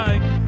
Bye